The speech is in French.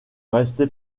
restez